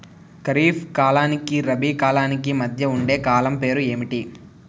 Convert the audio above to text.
ఖరిఫ్ కాలానికి రబీ కాలానికి మధ్య ఉండే కాలం పేరు ఏమిటి?